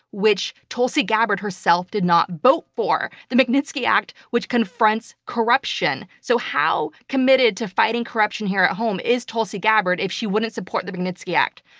which tulsi gabbard herself did not vote for. the magnitsky act, which confronts corruption. so how committed to fighting corruption here at home is tulsi gabbard if she wouldn't support the magnitsky act?